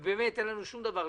באמת אין לנו שום דבר.